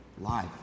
life